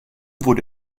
wurde